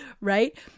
right